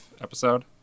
episode